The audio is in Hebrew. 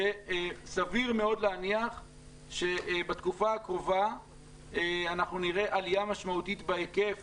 שסביר מאוד להניח שבתקופה הקרובה נראה עלייה משמעותית בהיקף